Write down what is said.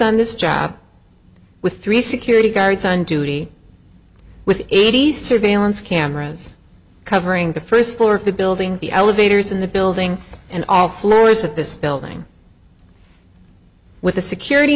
on this job with three security guards on duty with eighty surveillance cameras covering the first floor of the building the elevators in the building and all floors of this building with a security